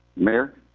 mayor.